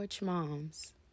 Moms